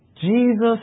Jesus